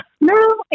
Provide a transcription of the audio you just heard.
no